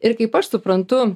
ir kaip aš suprantu